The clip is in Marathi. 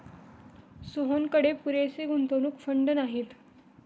सोहनकडे पुरेसे गुंतवणूक फंड नाहीत